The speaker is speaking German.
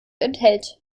enthält